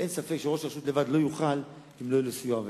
ואין ספק שראש רשות לבד לא יוכל אם לא יהיו לו סיוע ועזרה.